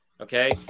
Okay